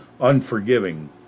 unforgiving